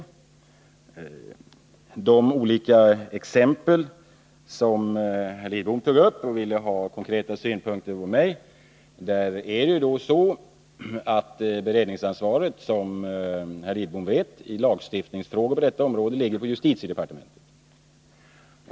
När det gäller de olika exempel som herr Lidbom tog upp och som han ville att jag skulle anlägga konkreta synpunkter på, så ligger beredningsansvaret i lagstiftningsfrågor på detta område, som herr Lidbom vet, på justitiedepartementet.